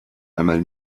einmal